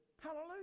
Hallelujah